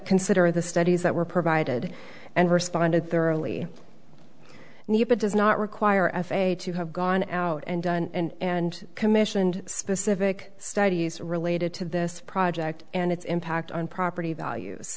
consider the studies that were provided and responded thoroughly nepa does not require f a a to have gone out and done and commissioned specific studies related to this project and its impact on property values